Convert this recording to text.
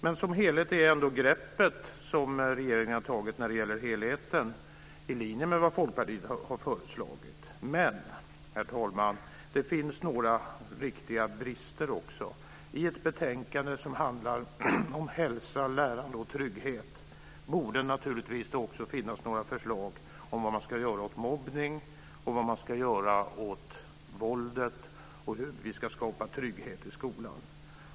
Men som helhet är det grepp regeringens har tagit i linje med vad Folkpartiet har föreslagit. Det finns dock några riktiga brister. I ett betänkande som handlar om hälsa, lärande och trygghet borde det naturligtvis också finnas några förslag om vad man ska göra åt mobbning och våld och om hur man ska skapa trygghet i skolan.